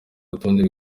rutonde